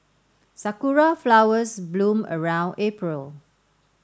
sakura flowers bloom around April